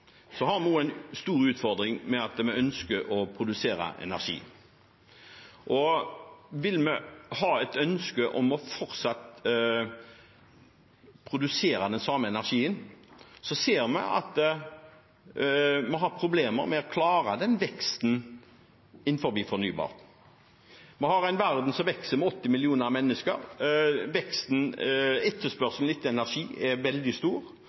med at vi ønsker å produsere energi. Og vil vi ha et ønske om fortsatt å produsere den samme energien, ser vi at vi har problemer med å klare den veksten innenfor fornybar. Vi har en verden som vokser med 80 millioner mennesker. Etterspørselen etter energi er veldig stor,